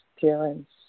Parents